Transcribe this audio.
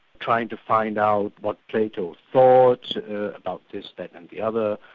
trying to find out what plato thought about this, that and the other,